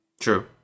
True